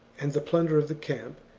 and the plunder of the camp,